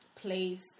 placed